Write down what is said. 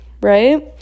right